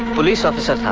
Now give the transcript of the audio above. police officer.